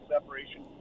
separation